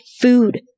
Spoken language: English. food